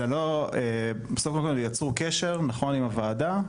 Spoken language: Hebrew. אז בסופו של דבר יצרו קשר עם הוועדה,